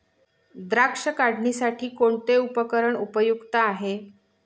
द्राक्ष काढणीसाठी कोणते उपकरण उपयुक्त आहे?